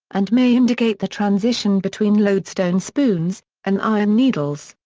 and may indicate the transition between lodestone spoons and iron needles.